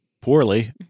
poorly